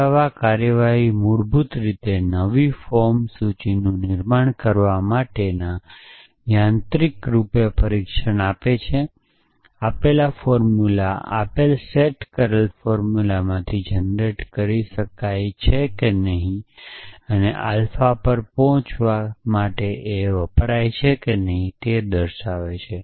પુરાવા કાર્યવાહી મૂળભૂત રીતે નવી ફોર્મ સૂચિનું નિર્માણ કરવા માટેના યાંત્રિક રૂપે પરીક્ષણ આપે છે કે આપેલ સૂત્ર આપેલ સેટ કરેલા સૂત્રોમાંથી પેદા કરી શકાય છે કે નહીં અને આલ્ફા પર પહોંચવા એ દર્શાવે છે